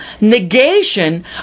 negation